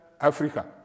Africa